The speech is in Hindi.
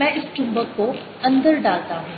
मैं इस चुंबक को अंदर डालता हूं